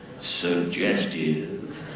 suggestive